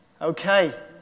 Okay